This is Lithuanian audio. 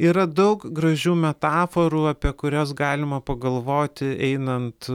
yra daug gražių metaforų apie kurias galima pagalvoti einant